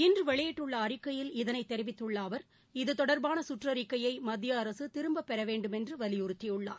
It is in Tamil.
இன்றுவெளியிட்டுள்ளஅறிக்கையில் இதனைத் தெரிவித்துள்ளஅவர் இவ தொடர்பானசுற்றிக்கையை மத்திய அரசுதிரும்பப்பெறவேண்டுமென்றுவலியுறுத்தியுள்ளார்